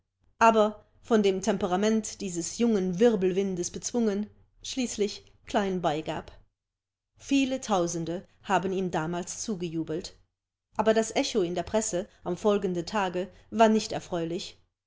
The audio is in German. aber von dem temperament dieses jungen wirbelwindes bezwungen schließlich klein beigab viele tausende haben ihm damals zugejubelt aber das echo in der presse am folgenden tage war nicht erfreulich